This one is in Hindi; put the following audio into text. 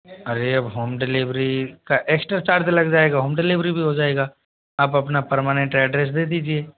अरे अब होम डिलीवरी का एक्स्ट्रा चार्ज लग जाएगा होम डिलीवरी भी हो जाएगा आप अपना परमानेंट एड्रेस दे दीजिए